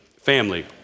family